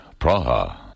Praha